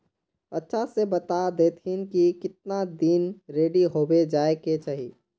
अच्छा से बता देतहिन की कीतना दिन रेडी होबे जाय के चही?